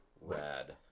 Rad